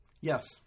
Yes